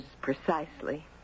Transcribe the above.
precisely